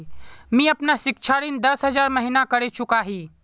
मी अपना सिक्षा ऋण दस हज़ार महिना करे चुकाही